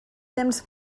temps